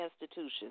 institutions